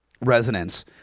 resonance